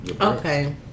Okay